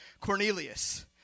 Cornelius